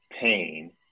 pain